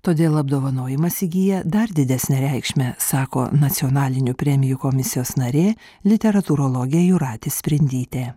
todėl apdovanojimas įgyja dar didesnę reikšmę sako nacionalinių premijų komisijos narė literatūrologė jūratė sprindytė